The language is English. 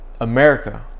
america